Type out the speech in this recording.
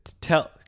tell